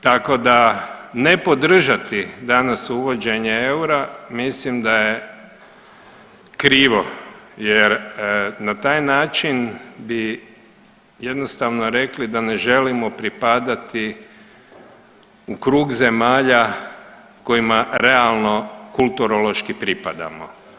Tako da ne podržati danas uvođenje eura mislim da je krivo jer na taj način bi jednostavno rekli da ne želimo pripadati u krug zemalja kojima realno kulturološki pripadamo.